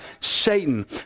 Satan